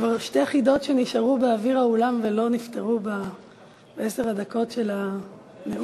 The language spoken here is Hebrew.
יש כבר שתי חידות שנשארו באוויר העולם ולא נפתרו בעשר הדקות של הנאום.